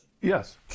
yes